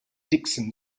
dixon